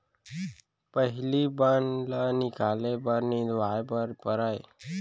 पहिली बन ल निकाले बर निंदवाए बर परय